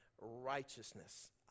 righteousness